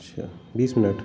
अच्छा बीस मिनट